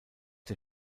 der